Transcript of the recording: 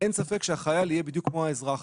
אין ספק שהחייל יהיה בדיוק כמו האזרח.